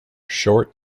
short